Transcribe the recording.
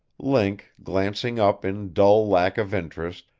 link, glancing up in dull lack of interest,